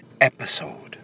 episode